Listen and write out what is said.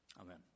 Amen